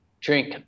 drink